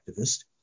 activist